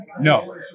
No